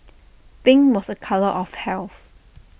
pink was A colour of health